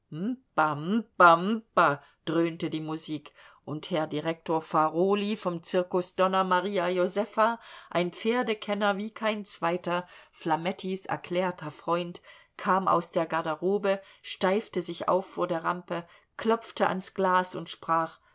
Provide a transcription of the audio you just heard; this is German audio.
dröhnte die musik und herr direktor farolyi vom zirkus donna maria josefa ein pferdekenner wie kein zweiter flamettis erklärter freund kam aus der garderobe steifte sich auf vor der rampe klopfte ans glas und sprach